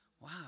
wow